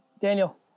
daniel